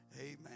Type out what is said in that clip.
Amen